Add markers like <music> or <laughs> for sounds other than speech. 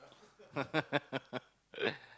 <laughs>